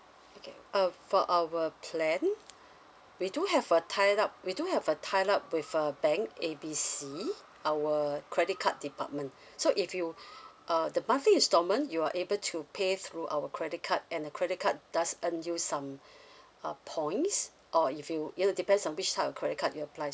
okay uh for our plan we do have a tie up we do have a tie up with a bank A B C our credit card department so if you uh the monthly installment you are able to pay through our credit card and the credit card does earn you some uh points or if you it will depends on which type of credit card you're apply